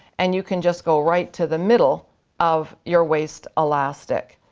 and you can just go right to the middle of your waist elastic.